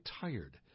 tired